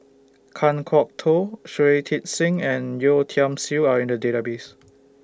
Kan Kwok Toh Shui Tit Sing and Yeo Tiam Siew Are in The Database